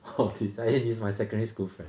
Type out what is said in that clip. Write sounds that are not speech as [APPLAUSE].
oh [LAUGHS] is my secondary school friend